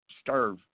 starve